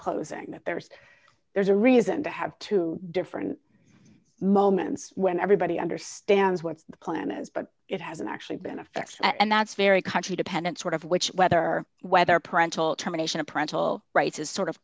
closing that there's there's a reason to have two different moments when everybody understands what the plan is but it hasn't actually been effect and that's very country dependent sort of which whether whether printable terminations parental rights is sort of